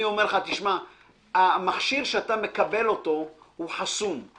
אומר לך: המכשיר שאתה מקבל אותו הוא חסום.